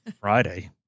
Friday